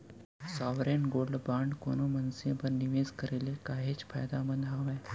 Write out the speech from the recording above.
sovereign gold bond कोनो मनसे बर निवेस करे ले काहेच फायदामंद हावय